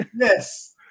Yes